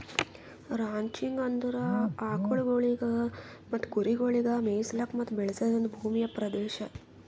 ranching ಅಂದುರ್ ಆಕುಲ್ಗೊಳಿಗ್ ಮತ್ತ ಕುರಿಗೊಳಿಗ್ ಮೆಯಿಸ್ಲುಕ್ ಮತ್ತ ಬೆಳೆಸದ್ ಒಂದ್ ಭೂಮಿಯ ಪ್ರದೇಶ